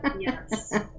Yes